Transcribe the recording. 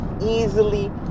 easily